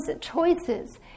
choices